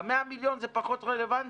ב-100 מיליון שקלים זה פחות רלוונטי,